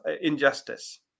injustice